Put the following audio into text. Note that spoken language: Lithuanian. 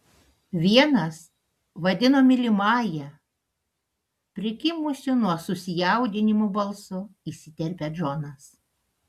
vienas vadino mylimąja prikimusiu nuo susijaudinimo balsu įsiterpia džonas